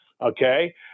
okay